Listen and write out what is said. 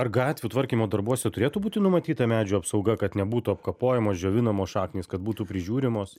ar gatvių tvarkymo darbuose turėtų būti numatyta medžių apsauga kad nebūtų apkapojamos džiovinamos šaknys kad būtų prižiūrimos